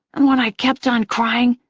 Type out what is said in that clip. and when i kept on crying,